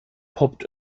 poppt